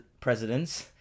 presidents